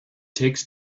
takes